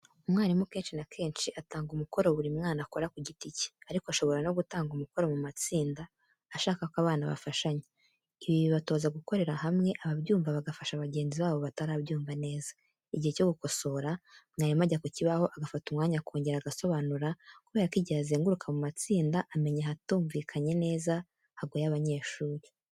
Umwarimu kenshi na kenshi atanga umukoro buri mwana akora ku giti cye, ariko ashobora no gutanga umukoro mu matsinda ashaka ko abana bafashanya. Ibi bibatoza gukorera hamwe, ababyumva bagafasha bagenzi babo batarabyumva neza. Igihe cyo gukosora, mwarimu ajya ku kibaho, agafata umwanya akongera agasobanura kubera ko igihe azenguruka mu matsinda amenya ahatumvikanye neza hagoye abanyeshuri.